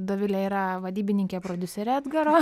dovilė yra vadybininkė prodiuserė edgaro